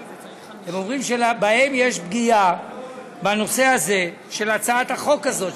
הם אומרים שיש בהם פגיעה בנושא הזה של הצעת החוק הזאת,